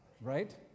right